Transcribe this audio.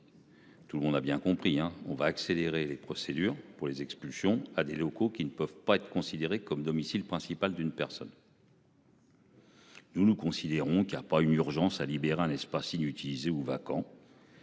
Tout le monde a bien compris hein on va accélérer les procédures pour les expulsions à des locaux qui ne peuvent pas être considérés comme domicile principal d'une personne. Nous, nous considérons qu'il y a pas une urgence a libéré un espace inutilisé ou vacants.